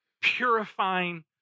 purifying